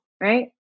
right